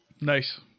Nice